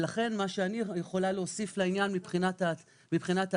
לכן מה שאני יכולה להוסיף לעניין מבחינת העתיד,